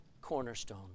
cornerstone